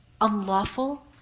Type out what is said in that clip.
unlawful